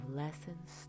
lessons